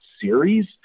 series—